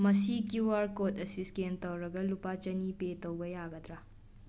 ꯃꯁꯤ Q R code ꯑꯁꯤ scan ꯇꯧꯔꯒ ꯂꯨꯄꯥ ꯆꯅꯤ ꯄꯦ ꯇꯧꯕ ꯌꯥꯒꯗ꯭ꯔꯥ